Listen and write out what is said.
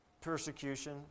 persecution